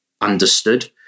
understood